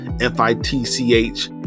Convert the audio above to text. F-I-T-C-H